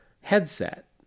headset